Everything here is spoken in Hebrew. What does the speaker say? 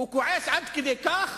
הוא כועס עד כדי כך